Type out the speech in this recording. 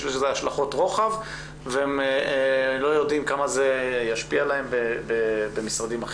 יש לזה השלכות רוחב והם לא יודעים כמה זה ישפיע עליהם במשרדים אחרים.